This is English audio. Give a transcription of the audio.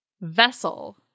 Vessel